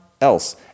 else